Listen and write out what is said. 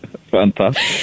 Fantastic